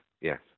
yes